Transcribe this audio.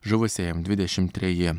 žuvusiajam dvidešim treji